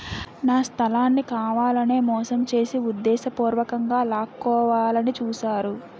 నా స్థలాన్ని కావాలనే మోసం చేసి ఉద్దేశపూర్వకంగా లాక్కోవాలని చూశారు